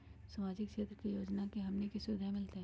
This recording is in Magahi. सामाजिक क्षेत्र के योजना से हमनी के की सुविधा मिलतै?